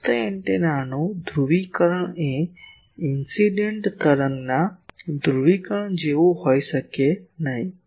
પ્રાપ્ત એન્ટેનાનું ધ્રુવીકરણ એ ઇન્સીડેંટ તરંગના ધ્રુવીકરણ જેવું હોઈ શકે નહીં